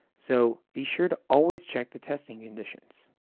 so be sure to always check the testing conditions.